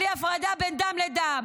בלי הפרדה בין דם לדם.